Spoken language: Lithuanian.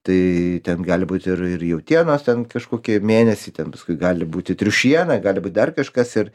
tai ten gali būt ir ir jautienos ten kažkokį mėnesį ten paskui gali būti triušiena gali būt dar kažkas ir